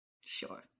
Sure